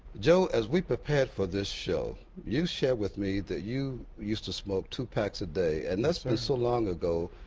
joe, as we prepared for this show, you shared with me that you used to smoke two fax a day and that's been so long ago,